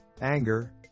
anger